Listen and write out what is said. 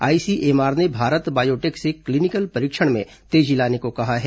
ICMR ने भारत बायोटेक से clinical परीक्षण में तेजी लाने को कहा है